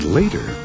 later